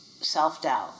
self-doubt